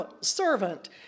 servant